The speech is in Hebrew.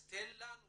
תן לנו